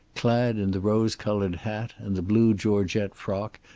clad in the rose-colored hat and the blue georgette frock,